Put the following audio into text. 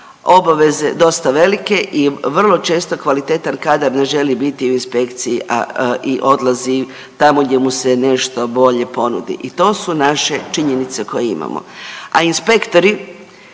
obaveze dosta velike i vrlo često kvalitetan kadar ne želi biti u inspekciji i odlazi tamo gdje mu se nešto bolje ponudi. I to su naše činjenice koje imamo. A inspektori